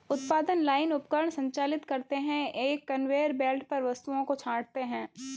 उत्पादन लाइन उपकरण संचालित करते हैं, एक कन्वेयर बेल्ट पर वस्तुओं को छांटते हैं